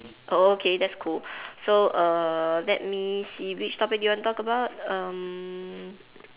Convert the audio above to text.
oh okay that's cool so err let me see which topic do you want to talk about um